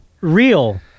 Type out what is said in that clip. real